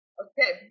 okay